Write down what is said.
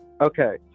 Okay